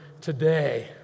today